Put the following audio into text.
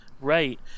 Right